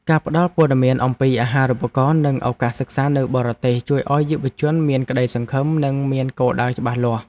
ការផ្ដល់ព័ត៌មានអំពីអាហារូបករណ៍និងឱកាសសិក្សានៅបរទេសជួយឱ្យយុវជនមានក្តីសង្ឃឹមនិងមានគោលដៅច្បាស់លាស់។